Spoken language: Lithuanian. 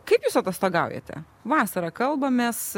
kaip jūs atostogaujate vasarą kalbamės